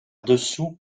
dessous